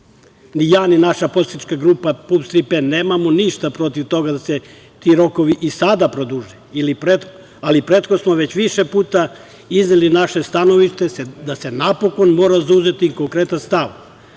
Ni ja ni naša poslanička grupa PUPS-Tri P nemamo ništa protiv toga da se ti rokovi i sada produže, ali prethodno smo već više puta izneli naše stanovište da se napokon mora zauzeti konkretan stav,